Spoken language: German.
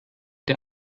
der